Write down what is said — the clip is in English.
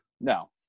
no